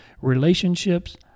relationships